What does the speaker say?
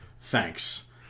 Thanks